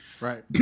right